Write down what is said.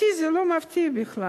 אותי זה לא מפתיע בכלל.